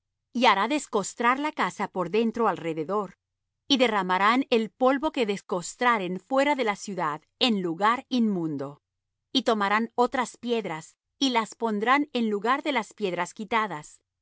y hará descostrar la casa por dentro alrededor y derramarán el polvo que descostraren fuera de la ciudad en lugar inmundo y tomarán otras piedras y las pondrán en lugar de las piedras quitadas